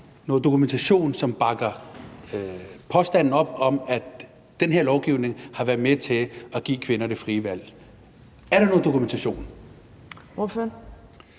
nogen dokumentation, som bakker påstanden om, at den her lovgivning har været med til at give kvinder det frie valg, op? Er der nogen dokumentation?